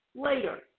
Later